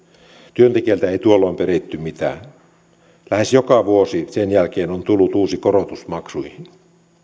työntekijältä ei tuolloin peritty mitään lähes joka vuosi sen jälkeen on tullut uusi korotus maksuihin